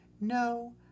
no